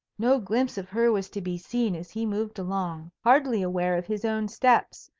no glimpse of her was to be seen as he moved along, hardly aware of his own steps,